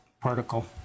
Particle